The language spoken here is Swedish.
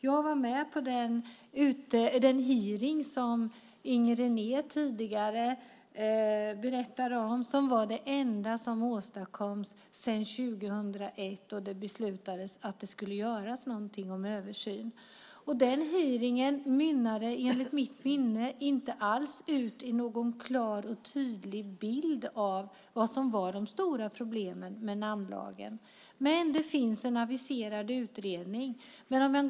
Jag var med på den hearing som Inger René tidigare berättade om och som var det enda som åstadkoms sedan 2001, och det beslutades att det skulle göras en översyn. Den hearingen mynnade enligt mitt minne inte alls ut i någon klar och tydlig bild av vad som var de stora problemen med namnlagen. Men det finns nu en utredning aviserad.